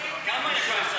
כמה אפשר?